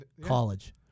college